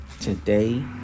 Today